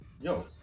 Yo